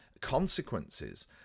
consequences